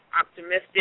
optimistic